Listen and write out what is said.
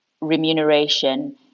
remuneration